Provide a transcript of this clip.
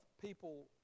people